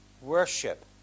worship